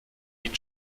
ihn